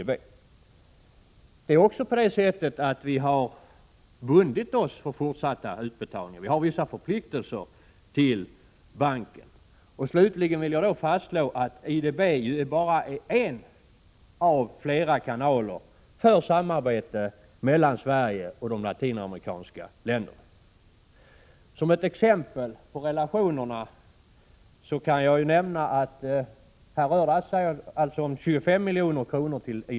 Sverige har också bundit sig för fortsatta utbetalningar till banken; vi har vissa förpliktelser gentemot banken. Slutligen vill jag fastslå att IDB bara är en av flera kanaler för samarbete mellan Sverige och de latinamerikanska länderna. Som ett exempel på relationerna kan jag nämna att den nu aktuella utbetalningen till IDB uppgår till 25 milj.kr.